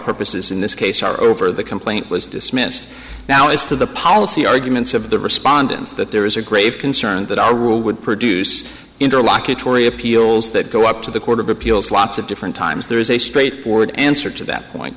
purposes in this case are over the complaint was dismissed now as to the policy arguments of the respondents that there is a grave concern that our rule would produce interlocutory appeals that go up to the court of appeals lots of different times there is a straightforward answer to that point